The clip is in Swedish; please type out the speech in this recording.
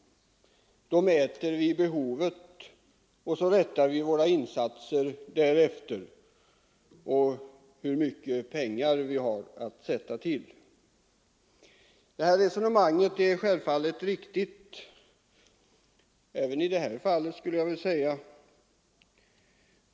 Då mäter vi behovet och rättar våra insatser därefter och efter hur mycket pengar vi har att sätta till. Det resonemanget är självfallet riktigt även i det här fallet.